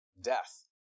death